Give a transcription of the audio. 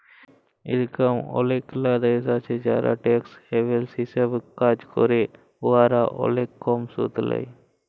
ইরকম অলেকলা দ্যাশ আছে যারা ট্যাক্স হ্যাভেল হিসাবে কাজ ক্যরে উয়ারা অলেক কম সুদ লেই